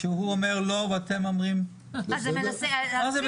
כשאתם אומרים כן והוא אומר לא?